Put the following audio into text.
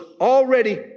already